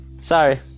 Sorry